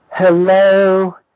Hello